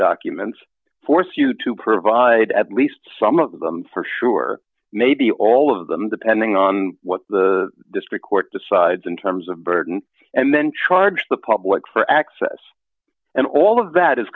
documents force you to provide at least some of them for sure maybe all of them depending on what the district court decides in terms of burden and then charge the public for access and all of that